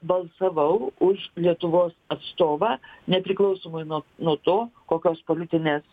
balsavau už lietuvos atstovą nepriklausomai nuo nuo to kokios politinės